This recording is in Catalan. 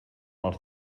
els